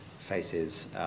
faces